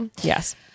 Yes